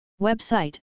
Website